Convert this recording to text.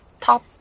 top